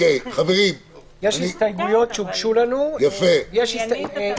הוגשו לנו הסתייגויות,